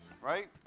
Right